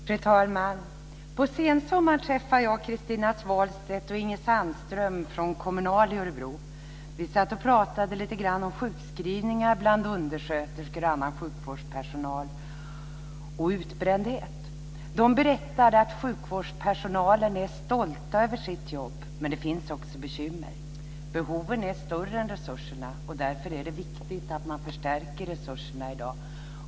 Fru talman! På sensommaren träffade jag Christina Svalstedt och Inger Sandström från Kommunal i Örebro. Vi satt och pratade lite grann om sjukskrivningar och utbrändhet bland undersköterskor och annan sjukvårdspersonal. De berättade att sjukvårdspersonalen är stolt över sitt jobb. Men det finns också bekymmer. Behoven är större än resurserna, och därför är det viktigt att man förstärker resurserna i dag.